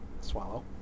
swallow